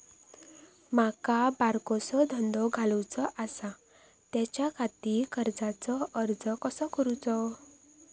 माका बारकोसो धंदो घालुचो आसा त्याच्याखाती कर्जाचो अर्ज कसो करूचो?